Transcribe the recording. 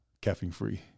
caffeine-free